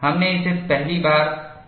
हमने इसे पहली बार भार किया है